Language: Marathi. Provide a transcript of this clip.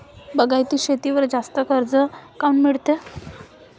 बागायती शेतीवर जास्त कर्ज काऊन मिळते?